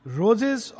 roses